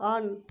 on